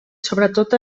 sobretot